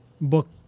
book